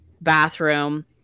bathroom